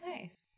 Nice